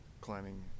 climbing